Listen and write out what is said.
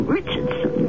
Richardson